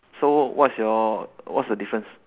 so what's your what's the difference